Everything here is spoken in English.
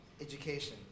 education